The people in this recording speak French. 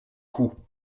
coups